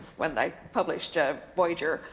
when i published ah voyager,